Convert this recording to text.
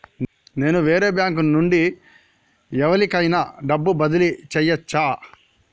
నేను వేరే బ్యాంకు నుండి ఎవలికైనా డబ్బు బదిలీ చేయచ్చా?